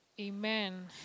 Amen